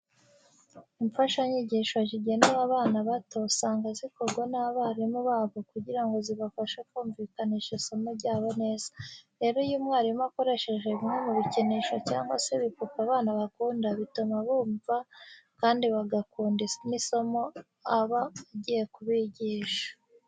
Imfashanyigisho zigenewe abana bato usanga zikorwa n'abarimu babo kugira ngo zibafashe kumvikanisha isomo ryabo neza. Rero iyo umwarimu akoresheje bimwe mu bikinisho cyangwa se ibipupe abana bakunda bituma bamwumva kandi bagakunda n'isomo aba agiye kubigisha.